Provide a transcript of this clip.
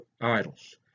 idols